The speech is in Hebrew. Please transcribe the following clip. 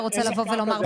רוצה לבוא ולומר?